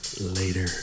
later